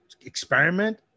experiment